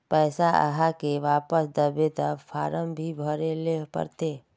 पैसा आहाँ के वापस दबे ते फारम भी भरें ले पड़ते?